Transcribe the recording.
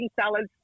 salads